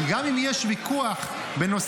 כי גם אם יש ויכוח בנושא,